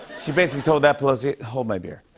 she basically told that pelosi, hold my beer.